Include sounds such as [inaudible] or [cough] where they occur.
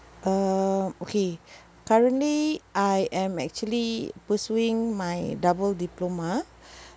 um okay [breath] currently I am actually pursuing my double diploma [breath]